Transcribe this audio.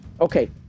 Okay